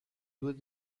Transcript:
doigt